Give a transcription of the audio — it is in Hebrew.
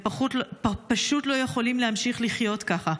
הם פשוט לא יכולים להמשיך לחיות ככה,